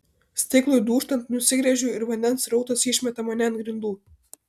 stiklui dūžtant nusigręžiu ir vandens srautas išmeta mane ant grindų